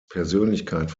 persönlichkeit